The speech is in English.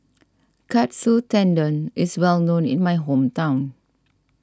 Katsu Tendon is well known in my hometown